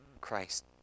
Christ